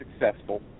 successful